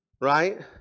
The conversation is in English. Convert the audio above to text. right